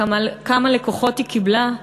כמה לקוחות היא קיבלה,